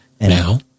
now